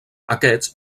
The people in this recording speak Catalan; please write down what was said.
aquests